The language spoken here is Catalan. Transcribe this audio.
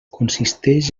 consisteix